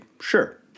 sure